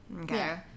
Okay